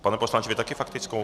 Pane poslanče, vy taky faktickou?